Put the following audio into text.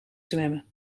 zwemmen